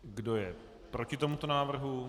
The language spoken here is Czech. Kdo je proti tomuto návrhu?